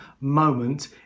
moment